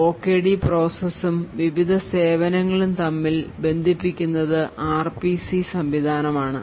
OKD process ഉം വിവിധ സേവനങ്ങളും തമ്മിൽ ബന്ധിപ്പിക്കുന്നതിന് RPC സംവിധാനം ഉണ്ട്